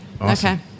Okay